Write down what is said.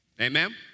Amen